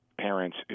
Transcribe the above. parents